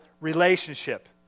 relationship